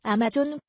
Amazon